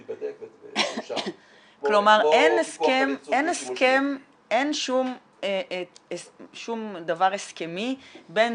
תיבדק ותאושר- - כלומר, אין שום דבר הסכמי בין